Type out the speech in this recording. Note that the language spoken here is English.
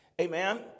Amen